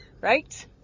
Right